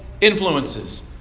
influences